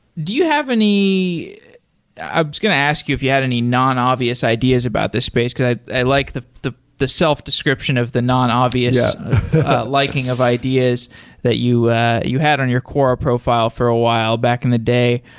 do you have any i was going to ask you if you had any nonobvious ideas about this space, because i i like the the self-description of the nonobvious liking of ideas that you you had on your quora profile for a while back in the day.